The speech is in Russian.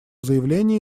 заявление